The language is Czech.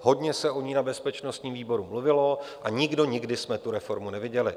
Hodně se o ní na bezpečnostním výboru mluvilo a nikdo jsme nikdy tu reformu neviděli.